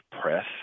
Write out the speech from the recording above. press